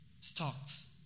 stocks